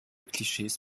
klischees